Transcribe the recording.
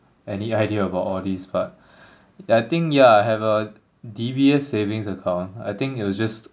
any idea about all these but I think yeah I have a D_B_S savings account I think it was just